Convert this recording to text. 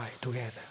together